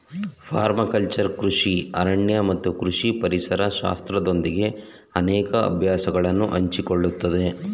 permaculture ಕೃಷಿ ಅರಣ್ಯ ಮತ್ತು ಕೃಷಿ ಪರಿಸರ ಶಾಸ್ತ್ರದೊಂದಿಗೆ ಅನೇಕ ಅಭ್ಯಾಸಗಳನ್ನು ಹಂಚಿಕೊಳ್ಳುತ್ತದೆ